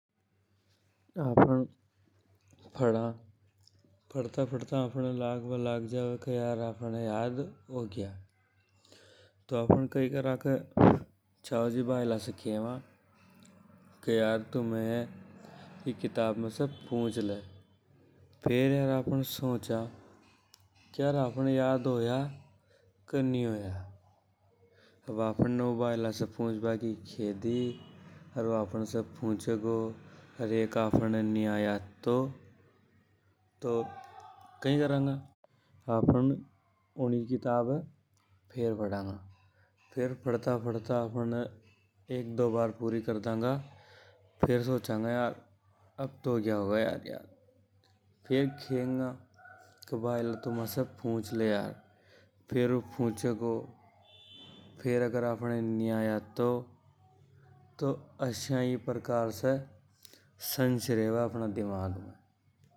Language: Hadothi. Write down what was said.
आफ़न पढ़ा पड़ता पड़ता लगे के आफ़न याद हो गया। तो आफ़न कई करा के छाव जी भायला से खेवा के यार तू मैसे इ किताब से पंच ले। अर ऊ आफ़न से पुछेंगौ अर एक आपहने नि आया तो। तो कई करअंगा। तो आफ़न उन किताब ये फेर पड़ंगा। अब तो हो गया हो गा याद फेर खेंगा के भायला तू मैसे पुंछ ले यार फेर ऊ पूंछ गो। फेर अपहाने नि आया तो। तो असा इ प्रकार से संशय रेवे अपहाने दिमाग में।